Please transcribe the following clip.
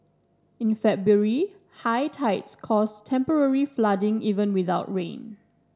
in February high tides caused temporary flooding even without rain